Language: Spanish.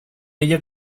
ella